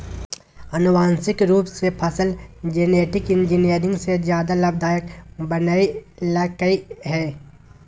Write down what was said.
आनुवांशिक रूप से फसल जेनेटिक इंजीनियरिंग के ज्यादा लाभदायक बनैयलकय हें